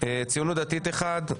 הציונות הדתית אחד,